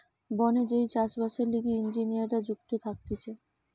বনে যেই চাষ বাসের লিগে ইঞ্জিনীররা নিযুক্ত থাকতিছে